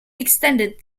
extended